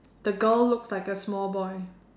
the girl looks like a small boy